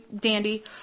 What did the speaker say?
dandy